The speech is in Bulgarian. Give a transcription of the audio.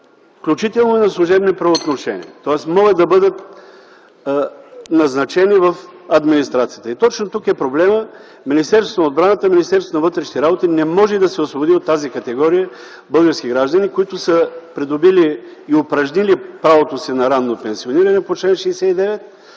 включително и на служебни правоотношения, тоест могат да бъдат назначени в администрацията. Точно тук е проблемът, - Министерството на отбраната и Министерството на вътрешните работи не могат да се освободят от тази категория български граждани, които са придобили и упражнили правото си на ранно пенсиониране по чл. 69,